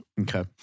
okay